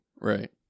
Right